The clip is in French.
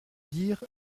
dire